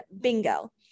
bingo